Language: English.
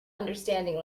understanding